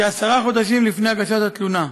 כעשרה חודשים לפני הגשת התלונה.